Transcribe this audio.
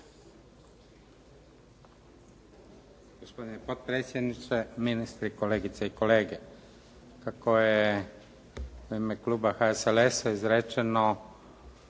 Hvala